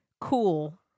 cool